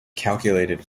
calculated